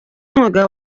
umwuga